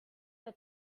your